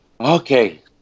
Okay